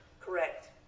Correct